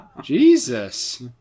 Jesus